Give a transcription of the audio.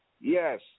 Yes